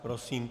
Prosím.